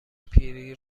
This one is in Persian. پیری